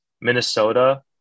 Minnesota